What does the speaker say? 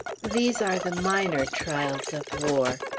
these are the minor trials of war.